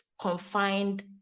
confined